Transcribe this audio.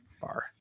bar